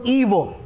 evil